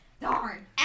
Darn